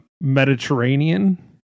Mediterranean